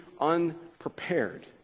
unprepared